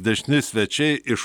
dažni svečiai iš